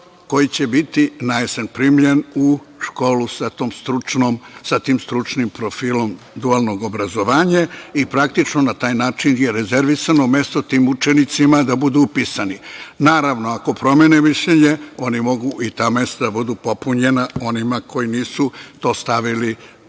koji će biti na jesen primljen u školu sa tim stručnim profilom dualnog obrazovanja i praktično na taj način je rezervisano mesto tim učenicima da budu upisani. Naravno, ako promene mišljenje, oni mogu, i ta mesta da budu popunjena onima koji nisu to stavili pod